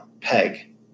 peg